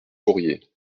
fourrier